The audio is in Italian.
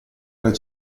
della